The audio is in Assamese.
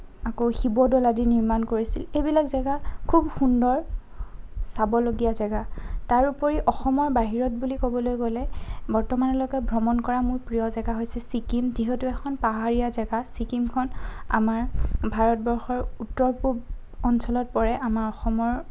আকৌ শিৱদৌল আদি নিৰ্মাণ কৰিছিল এইবিলাক জেগা খুব সুন্দৰ চাবলগীয়া জেগা তাৰোপৰি অসমৰ বাহিৰত বুলি ক'বলৈ গ'লে বৰ্তমানলৈকে ভ্ৰমণ কৰা মোৰ প্ৰিয় জেগা হৈছে ছিকিম যিহেতু এখন পাহাৰীয়া জেগা ছিকিমখন আমাৰ ভাৰতবৰ্ষৰ উত্তৰ পূব অঞ্চলত পৰে আমাৰ অসমৰ